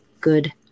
good